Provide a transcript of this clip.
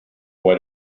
what